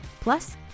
Plus